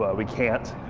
but we can't.